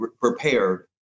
prepared